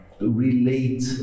relate